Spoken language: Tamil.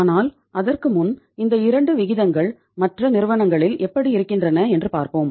ஆனால் அதற்கு முன் இந்த 2 விகிதங்கள் மற்ற நிறுவனங்களில் எப்படி இருக்கின்றன என்று பார்ப்போம்